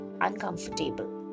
uncomfortable